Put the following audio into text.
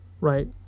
right